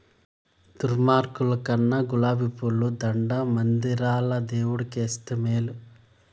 దుర్మార్గుల కన్నా గులాబీ పూల దండ మందిరంల దేవుడు కేస్తే మేలు